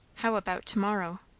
how about to-morrow?